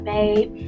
Babe